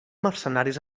mercenaris